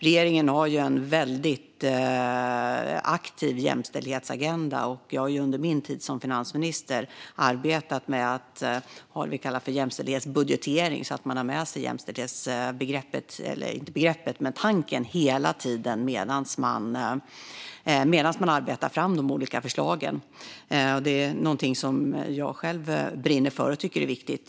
Regeringen har en väldigt aktiv jämställdhetsagenda. Jag har under min tid som finansminister arbetat med vad vi kallar jämställdhetsbudgetering, alltså att man har med sig jämställdhetstanken hela tiden medan man arbetar fram de olika förslagen. Det är något som jag själv brinner för och tycker är viktigt.